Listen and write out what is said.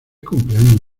cumpleaños